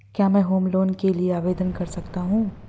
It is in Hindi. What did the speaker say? क्या मैं होम लोंन के लिए आवेदन कर सकता हूं?